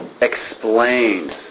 explains